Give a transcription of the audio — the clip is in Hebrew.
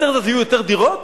אז יהיו יותר דירות?